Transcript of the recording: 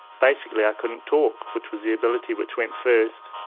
basically i couldn't talk, which was the ability which went first,